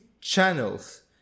channels